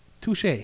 Touche